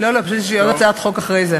פשוט יש לי עוד הצעת חוק אחרי זה.